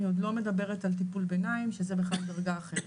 אני עוד לא מדברת על טיפול ביניים שזה בכלל דרגה אחרת.